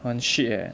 很 shit eh